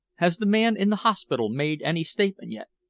has the man in the hospital made any statement yet?